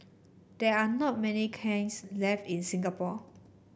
there are not many kilns left in Singapore